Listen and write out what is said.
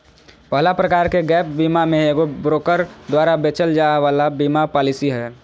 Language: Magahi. पहला प्रकार के गैप बीमा मे एगो ब्रोकर द्वारा बेचल जाय वाला बीमा पालिसी हय